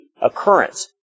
occurrence